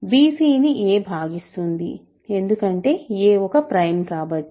bc ని a భాగిస్తుంది ఎందుకంటే a ఒక ప్రైమ్ కాబట్టి